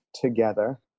together